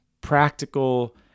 practical